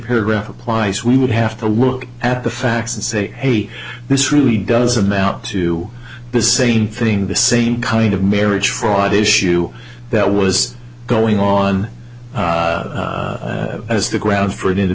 graph applies we would have to look at the facts and say hey this really does amount to this a new thing the same kind of marriage fraud issue that was going on as the ground for it in